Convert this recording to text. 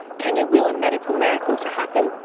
can you will a medical miracle to happen!